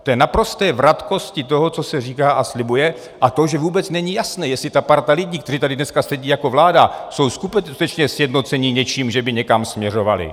V té naprosté vratkosti toho, co se říká a slibuje, a to, že vůbec není jasné, jestli ta parta lidí, kteří tady dneska sedí jako vláda, jsou skutečně sjednocení něčím, že by někam směřovali.